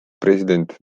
president